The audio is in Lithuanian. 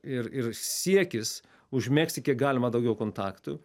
ir ir siekis užmegzti kiek galima daugiau kontaktų